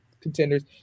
contenders